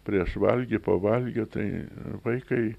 prieš valgį pavalgę tai vaikai